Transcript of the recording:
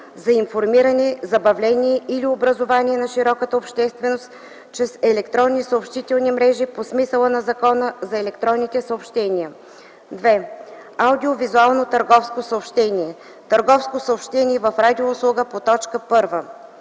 за информиране, забавление или образование на широката общественост чрез електронни съобщителни мрежи по смисъла на Закона за електронните съобщения; 2. аудио-визуално търговско съобщение/търговско съобщение в радио услуга по т. 1.